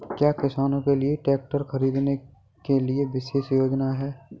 क्या किसानों के लिए ट्रैक्टर खरीदने के लिए विशेष योजनाएं हैं?